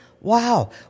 Wow